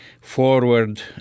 forward